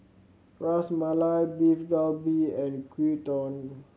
Ras Malai Beef Galbi and Gyudon